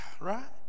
Right